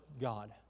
God